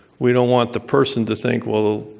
we don't want the person to think, well,